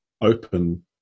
open